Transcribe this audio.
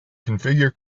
configure